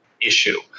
issue